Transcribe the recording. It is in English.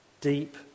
Deep